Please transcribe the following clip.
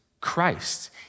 Christ